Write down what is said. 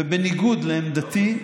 ובניגוד לעמדתי,